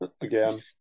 Again